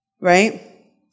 Right